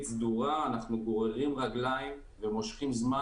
סדורה אנחנו גוררים רגליים ומושכים זמן,